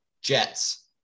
Jets